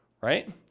right